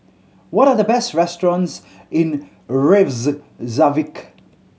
what are the best restaurants in